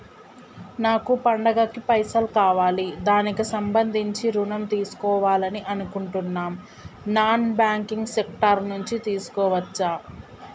నాకు పండగ కి పైసలు కావాలి దానికి సంబంధించి ఋణం తీసుకోవాలని అనుకుంటున్నం నాన్ బ్యాంకింగ్ సెక్టార్ నుంచి తీసుకోవచ్చా?